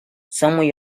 somewhere